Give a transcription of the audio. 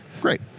great